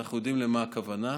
ואנחנו יודעים למה הכוונה,